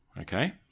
okay